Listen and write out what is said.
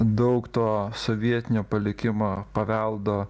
daug to sovietinio palikimo paveldo